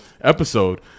episode